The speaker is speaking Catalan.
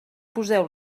poseu